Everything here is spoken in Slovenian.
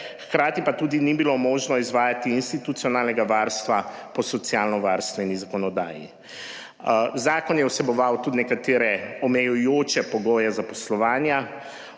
Hkrati pa tudi ni bilo možno izvajati institucionalnega varstva po socialnovarstveni zakonodaji. Zakon je vseboval tudi nekatere omejujoče pogoje zaposlovanja,